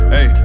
Hey